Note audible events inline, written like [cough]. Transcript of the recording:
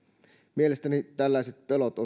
mielestäni tällaiset pelot [unintelligible]